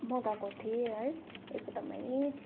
मगाएको थिएँ है एकदमै